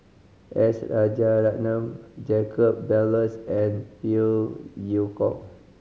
S Rajaratnam Jacob Ballas and Phey Yew Kok